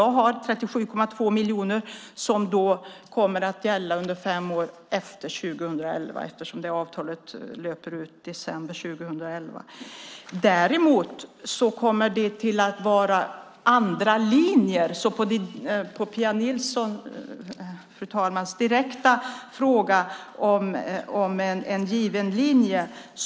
Det är 37,2 miljoner som kommer att gälla under fem år efter 2011, eftersom avtalet löper ut i december 2011. Jag kan inte svara på Pia Nilssons direkta fråga om en given linjen.